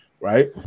right